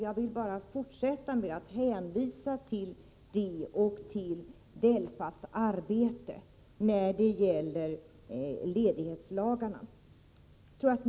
Jag vill bara än en gång hänvisa till DELFA:s arbete när det gäller ledighetslagarna.